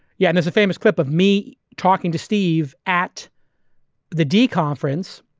yeah there's a famous clip of me talking to steve at the d conference.